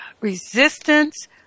Resistance